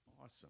awesome